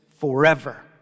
forever